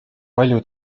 palju